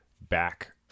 back